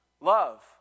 Love